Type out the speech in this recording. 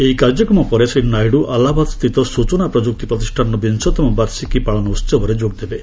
ଏହି କାର୍ଯ୍ୟକ୍ରମ ପରେ ଶ୍ରୀ ନାଇଡୂ ଆଲାହାବାଦସ୍ଥିତ ସୂଚନା ପ୍ରଯୁକ୍ତି ପ୍ରତିଷ୍ଠାନର ବିଂଶତମ ବାର୍ଷିକୀ ପାଳନ ଉହବରେ ଯୋଗ ଦେବେ